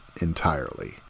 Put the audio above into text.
entirely